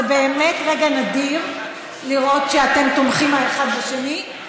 זה באמת רגע נדיר לראות שאתם תומכים האחד בשני,